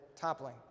toppling